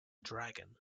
dragon